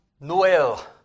Noel